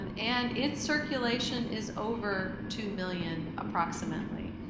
and and its circulation is over two million approximately.